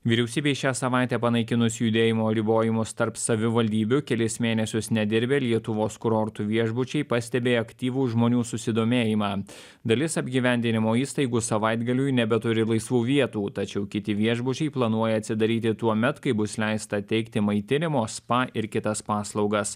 vyriausybei šią savaitę panaikinus judėjimo ribojimus tarp savivaldybių kelis mėnesius nedirbę lietuvos kurortų viešbučiai pastebi aktyvų žmonių susidomėjimą dalis apgyvendinimo įstaigų savaitgaliui nebeturi laisvų vietų tačiau kiti viešbučiai planuoja atsidaryti tuomet kai bus leista teikti maitinimo spa ir kitas paslaugas